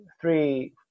three